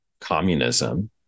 communism